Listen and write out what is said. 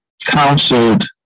counseled